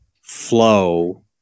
flow